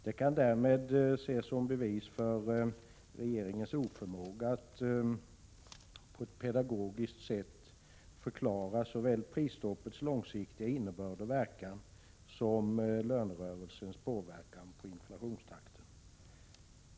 Det kan därmed ses som bevis för regeringens oförmåga att på ett pedagogiskt sätt förklara såväl prisstoppets långsiktiga innebörd och verkan som lönerörelsens påverkan på inflationstakten.